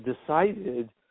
decided